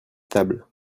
tables